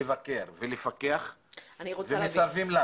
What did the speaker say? לבקר ולפקח אבל מסרבים לנו.